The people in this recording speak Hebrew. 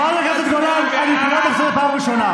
חברת הכנסת גולן, אני קורא אותך לסדר פעם ראשונה.